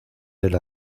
del